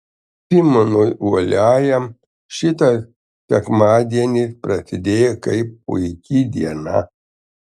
simonui uoliajam šitas sekmadienis prasidėjo kaip puiki diena